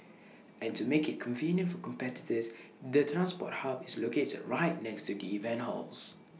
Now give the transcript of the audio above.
and to make IT convenient for competitors the transport hub is located right next to the event halls